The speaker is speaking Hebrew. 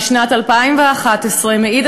משנת 2011 מעיד,